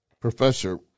professor